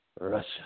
Russia